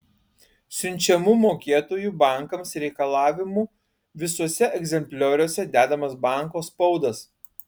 siunčiamų mokėtojų bankams reikalavimų visuose egzemplioriuose dedamas banko spaudas